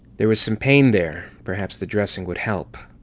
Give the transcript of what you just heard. there was some pain there, perhaps the dressing would help.